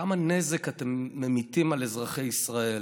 כמה נזק אתם ממיטים על אזרחי ישראל,